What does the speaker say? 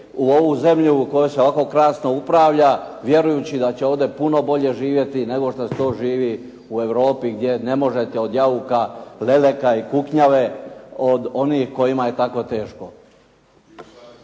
u ovu zemlju u kojoj se ovako krasno upravlja vjerujući da će ovdje puno bolje živjeti nego što se to živi u Europi gdje ne možete od jauka, leleka i kuknjave od onih kojima je tako teško.